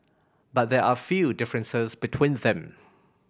but there are a few differences between them